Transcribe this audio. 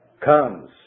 comes